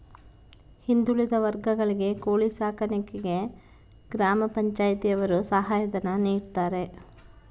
ಹಿಂದುಳಿದ ವರ್ಗಗಳಿಗೆ ಕೋಳಿ ಸಾಕಾಣಿಕೆಗೆ ಗ್ರಾಮ ಪಂಚಾಯ್ತಿ ಯವರು ಸಹಾಯ ಧನ ನೀಡ್ತಾರೆ